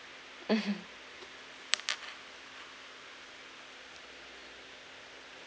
mmhmm